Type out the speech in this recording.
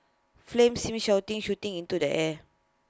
flames seen shooting into the air